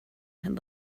had